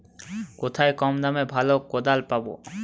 কোথায় কম দামে ভালো কোদাল পাব?